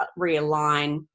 realign